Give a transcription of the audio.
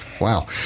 wow